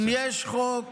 אם יש חוק